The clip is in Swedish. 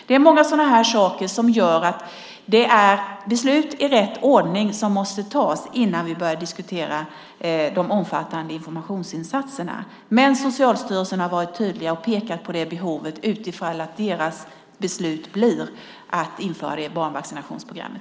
Det är många sådana här saker som gör att beslut måste tas i rätt ordning innan vi börjar diskutera de omfattande informationsinsatserna. Men Socialstyrelsen har varit tydlig och pekat på det behovet utifall deras beslut blir att införa detta i barnvaccinationsprogrammet.